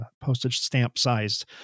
postage-stamp-sized